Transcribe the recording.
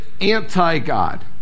anti-god